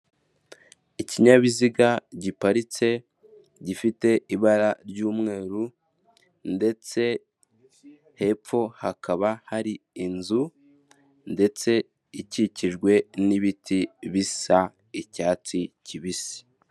Ikinyabiziga giparitse gifite ibara ry'umweru, ndetse hepfo hakaba hari inzu ndetse ikikijwe n'ibiti bisai icyatsi kibisi.